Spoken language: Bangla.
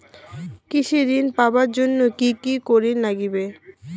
কৃষি ঋণ পাবার জন্যে কি কি করির নাগিবে?